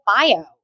bio